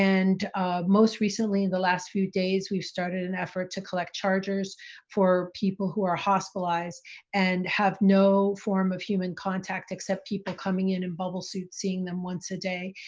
and most recently the last few days we've started an effort to collect chargers for people who are hospitalized and have no form of human contact except people coming in in bubble suits, seeing them once a day,